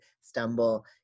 stumble